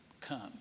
come